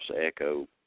echo